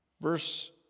Verse